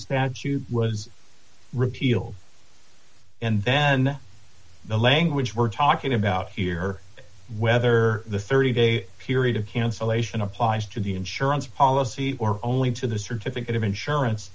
statute was repealed and then the language we're talking about here whether the thirty day period of cancellation applies to the insurance policy or only to the certificate of insurance